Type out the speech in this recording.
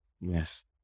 Yes